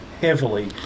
heavily